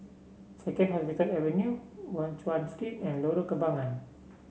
Second Hospital Avenue Guan Chuan Street and Lorong Kembagan